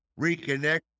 reconnect